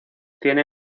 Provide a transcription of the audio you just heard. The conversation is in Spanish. tiene